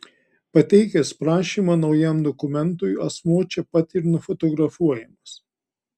pateikęs prašymą naujam dokumentui asmuo čia pat ir nufotografuojamas